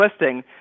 listing